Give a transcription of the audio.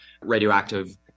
radioactive